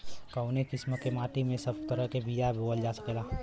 कवने किसीम के माटी में सब तरह के बिया बोवल जा सकेला?